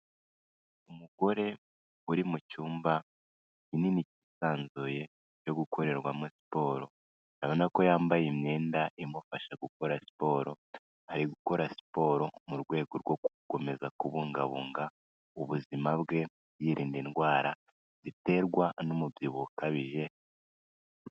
Umugore uri mu cyumba kinini cyisanzuye cyo gukorerwamo siporo, urabona ko yambaye imyenda imufasha gukora siporo, ari gukora siporo mu rwego rwo gukomeza kubungabunga ubuzima bwe, yirinda indwara ziterwa n'umubyibuho ukabije.